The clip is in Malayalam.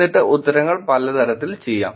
എന്നിട്ട് ഉത്തരങ്ങൾ പല തരത്തിൽ ചെയ്യാം